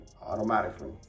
automatically